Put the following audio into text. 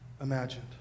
imagined